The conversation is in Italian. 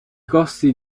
costi